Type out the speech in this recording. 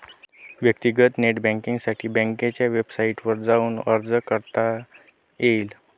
व्यक्तीगत नेट बँकींगसाठी बँकेच्या वेबसाईटवर जाऊन अर्ज करता येईल